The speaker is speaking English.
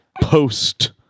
post